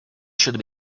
should